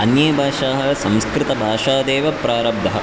अन्ये भाषाः संस्कृतभाषादेव प्रारब्धः